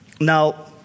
Now